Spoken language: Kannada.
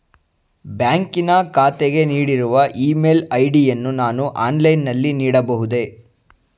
ಬ್ಯಾಂಕಿನ ಖಾತೆಗೆ ನೀಡಿರುವ ಇ ಮೇಲ್ ಐ.ಡಿ ಯನ್ನು ನಾನು ಆನ್ಲೈನ್ ನಲ್ಲಿ ನೀಡಬಹುದೇ?